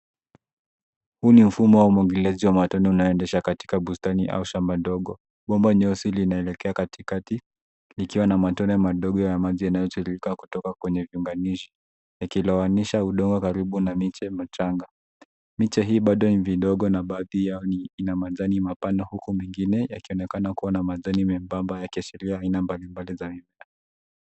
Huu ni mfumo wa umwagiliaji wa matone unaoendeshwa katika bustani au shamba ndogo. Bomba nyeusi linaelekea katikati likiwa na matone madogo ya maji yanayotiririka kutoka kwenye vibanishi likilewanisha udongo karibu na miche michanga. Miche hii bado ni midogo na baadhi yao ina majani mapana huku mengine yakionaonekana kuwa na majani membamba yakiashiria aina mbalimbali ya mimea.